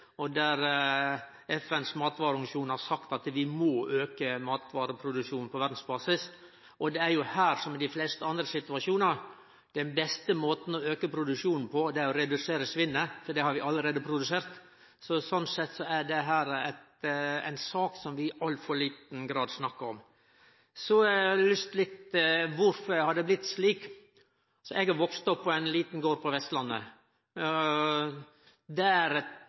og der FNs matvareorganisasjon har sagt at vi må auke matvareproduksjonen på verdsbasis. Det er her som i dei fleste andre situasjonar: Den beste måten å auke produksjonen på, er å redusere svinnet, for det har vi allereie produsert. Slik sett er dette ei sak som vi i altfor liten grad snakkar om. Kvifor har det blitt slik? Eg er vaksen opp på ein liten gard på Vestlandet. Der